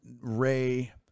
Ray